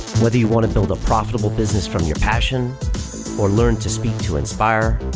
whether you wanna build a profitable business from your passion or learn to speak to inspire,